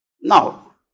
Now